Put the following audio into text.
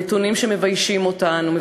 הנתונים שמביישים אותנו,